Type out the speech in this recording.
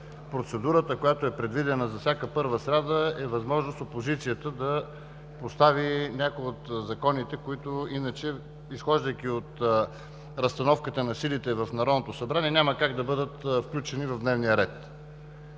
процедурата, която е предвидена за всяка първа сряда, е възможност опозицията да постави някой от законопроектите, които иначе, изхождайки от разстановката на силите в Народното събрание, няма как да бъдат включени в дневния ред.